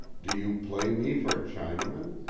do you play me for a chinaman?